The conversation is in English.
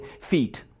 feet